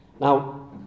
Now